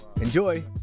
Enjoy